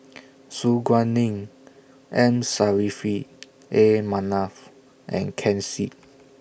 Su Guaning M Saffri A Manaf and Ken Seet